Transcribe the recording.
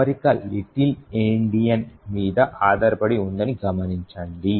అమరిక Little Endian మీద ఆధారపడి ఉందని గమనించండి